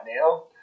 now